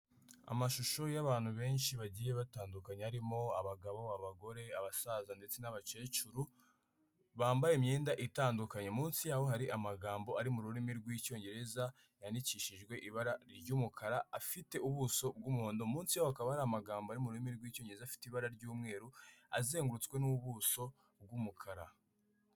Amashusho y'abantu benshi bagiye batandukanye harimo abagabo, abagore, abasaza ndetse n'abakecuru bambaye imyenda itandukanye. Munsi yaho hari amagambo ari mu rurimi rw'Icyongereza yandikishijwe ibara ry'umukara afite ubuso bw'umuhondo. Munsi yaho hari amagambo ari mu rurimi rw'cyongereza afite ibara ry'umweru, azengurutswe n'ubuso bw'umukara.